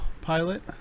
pilot